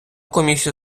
комісія